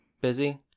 busy